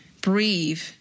breathe